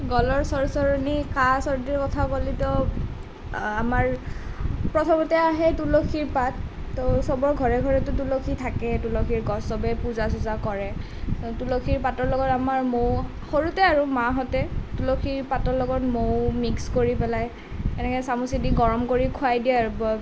গলৰ চৰচৰণি কাহ চৰ্ডিৰ কথা ক'লেতো আমাৰ প্ৰথমতে আহে তুলসীৰ পাত তো সবৰ ঘৰে ঘৰেতো তুলসী থাকেই তুলসীৰ গছ সবেই পূজা চূজা কৰে তুলসীৰ পাতৰ লগত আমাৰ মৌ সৰুতে আৰু মাহঁতে তুলসীৰ পাতৰ লগত মৌ মিক্স কৰি পেলাই এনেকে চামুচে দি গৰম কৰি খোৱাই দিয়ে আৰু